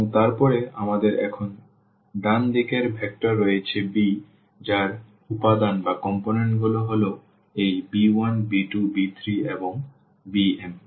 এবং তারপরে আমাদের এখানে ডান দিকের ভেক্টর রয়েছে b যার উপাদানগুলি হল এই b1 b2 b3 এবং bm